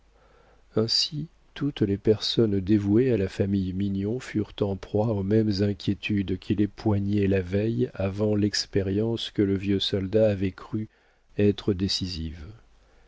ainsi toutes les personnes dévouées à la famille mignon furent en proie aux mêmes inquiétudes qui les poignaient la veille avant l'expérience que le vieux soldat avait cru être décisive